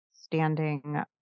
standing